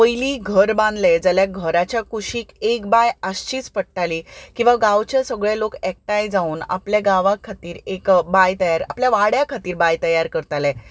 पयलीं घर बांदले जाल्यार घराच्या कुशीक एक बांय आसचीच पडटाली किंवां गांवचे सगळे लोक एकठांय जावन आपले गांवा खातीर एक बांय आपल्या वाड्या खातीर एक बांय तयार करताले